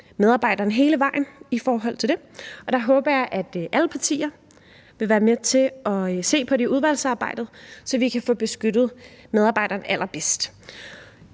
medarbejderen hele vejen i forhold til det, og der håber jeg, at alle partier vil være med til at se på det i udvalgsarbejdet, så vi kan få beskyttet medarbejderen allerbedst.